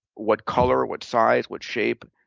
what color, what size, what shape,